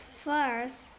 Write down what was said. first